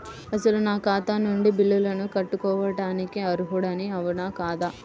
అసలు నా ఖాతా నుండి బిల్లులను కట్టుకోవటానికి అర్హుడని అవునా కాదా?